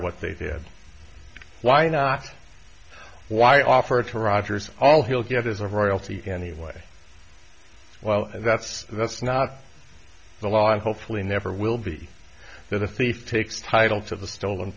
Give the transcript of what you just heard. what they did why not why offer to rogers all he'll get is a royalty anyway well that's that's not the law and hopefully never will be there the thief takes title to the stolen